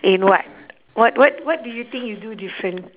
in what what what what do you think you do different